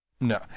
No